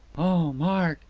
oh, mark,